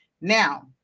Now